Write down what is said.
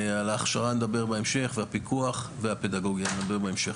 על ההכשרה נדבר בהמשך והפיקוח והפדגוגיה נדבר בהמשך,